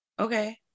okay